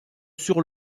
sur